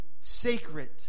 sacred